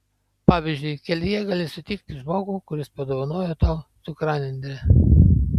pavyzdžiui kelyje gali sutikti žmogų kuris padovanoja tau cukranendrę